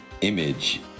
image